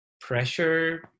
pressure